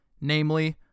namely